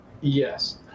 Yes